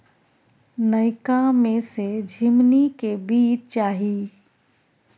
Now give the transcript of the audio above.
नयका में से झीमनी के बीज चाही?